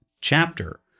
chapter